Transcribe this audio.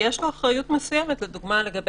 זה המקום היחיד שדיברתם על בעל